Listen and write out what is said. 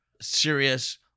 serious